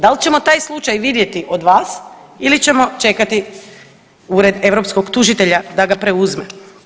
Da li ćemo taj slučaj vidjeti od vas ili ćemo čekati Ured europskog tužitelja da ga preuzme?